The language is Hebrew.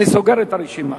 אני סוגר את הרשימה.